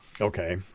Okay